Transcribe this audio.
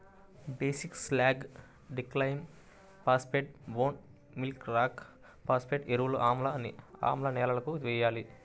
basic slag, డిక్లైమ్ phosphate, bone meal rock phosphate ఎరువులను ఆమ్ల నేలలకు వేయాలి